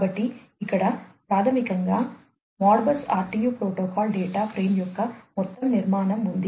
కాబట్టి ఇక్కడ ప్రాథమికంగా Modbus RTU protocol data frame యొక్క మొత్తం నిర్మాణం ఉంది